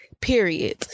Period